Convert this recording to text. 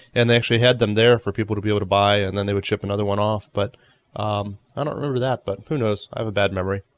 and they actually had them there for people to be able to buy and they would ship another one off but i don't remember that, but who knows? i have a bad memory.